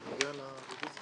תודה רבה לכם.